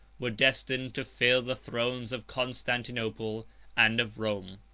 were destined to fill the thrones of constantinople and of rome.